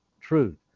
truth